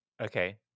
Okay